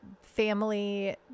family